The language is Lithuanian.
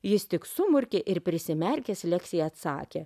jis tik sumurkė ir prisimerkęs leksiai atsakė